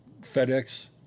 FedEx